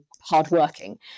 hardworking